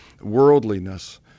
worldliness